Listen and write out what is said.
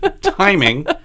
Timing